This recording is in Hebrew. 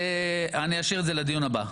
ואני אשאיר את זה לדיון הבא,